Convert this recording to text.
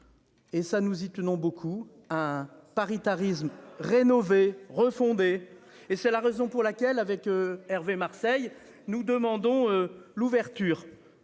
Et ça nous y tenons beaucoup à un paritarisme rénové refondé et c'est la raison pour laquelle avec Hervé Marseille nous demandons l'ouverture